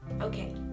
Okay